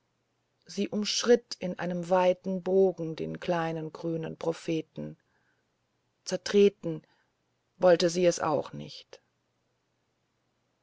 sie umschritt in einem weiten bogen den kleinen grünen propheten zertreten wollte sie es auch nicht